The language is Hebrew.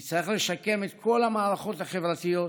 נצטרך לשקם את כל המערכות החברתיות,